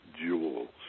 jewels